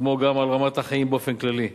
כמו גם על רמת החיים באופן כללי.